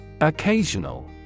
Occasional